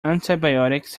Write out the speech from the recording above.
antibiotics